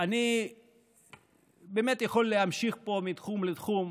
אני באמת יכול להמשיך פה מתחום לתחום,